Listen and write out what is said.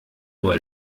nur